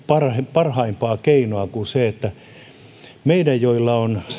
parempaa keinoa kuin sen että meitä joilla on